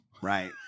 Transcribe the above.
Right